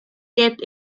depth